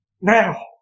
Now